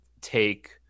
take